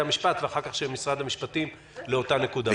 המשפט ואחר כך של משרד המשפטים לאותה נקודה.